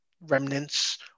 remnants